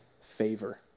favor